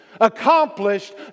accomplished